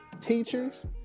teachers